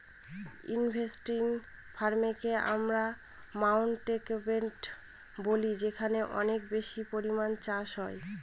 intensive ফার্মিংকে আমরা মাউন্টব্যাটেনও বলি যেখানে অনেক বেশি পরিমানে চাষ হয়